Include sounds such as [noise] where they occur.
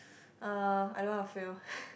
uh I don't want to fail [breath]